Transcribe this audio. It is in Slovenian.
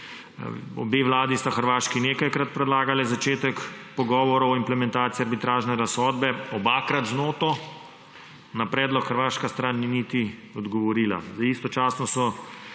Obe vladi sta Hrvaški nekajkrat predlagali začetek pogovorov o implementaciji arbitražne razsodbe, obakrat z noto. Na predlog hrvaška stran ni niti odgovorila.